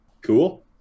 cool